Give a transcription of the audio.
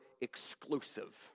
exclusive